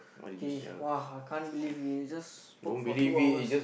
K !wah! I can't believe we just spoke for two hours